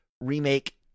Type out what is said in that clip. remake